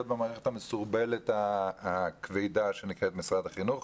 במערכת המסורבלת הכבדה שנקראת משרד החינוך,